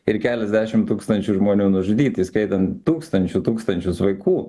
ir keliasdešim tūkstančių žmonių nužudyti įskaitant tūkstančių tūkstančius vaikų